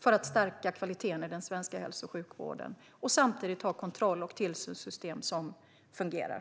för att stärka kvaliteten i den svenska hälso och sjukvården. Samtidigt måste vi ha kontroll och tillsynssystem som fungerar.